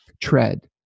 tread